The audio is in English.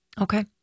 okay